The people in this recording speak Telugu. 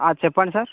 చెప్పండి సార్